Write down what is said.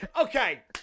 Okay